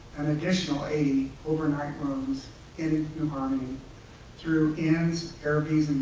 an additional eighty overnight rooms in new harmony through inns, airbnbs, and